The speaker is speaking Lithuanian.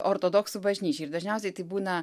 ortodoksų bažnyčiai ir dažniausiai tai būna